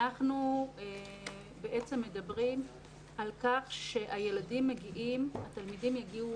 אנחנו בעצם מדברים על כך שהתלמידים יגיעו